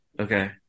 Okay